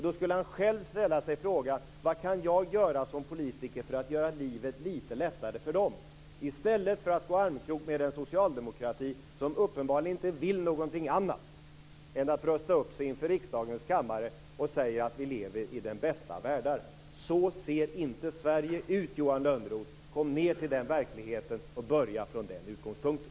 Då skulle han själv ställa sig frågan vad han kan göra som politiker för att göra livet lite lättare för dem, i stället för att gå i armkrok med en socialdemokrati som uppenbarligen inte vill någonting annat än att brösta upp sig inför riksdagens kammare och säga att vi lever i den bästa av världar. Så ser inte Sverige ut, Johan Lönnroth! Kom ned till verkligheten och börja från den utgångspunkten.